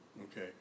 okay